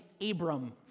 Abram